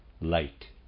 light